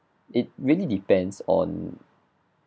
it really depends on